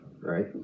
right